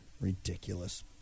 ridiculous